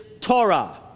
Torah